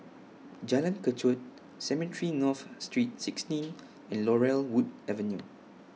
Jalan Kechot Cemetry North Street sixteen and Laurel Wood Avenue